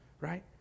right